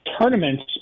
tournaments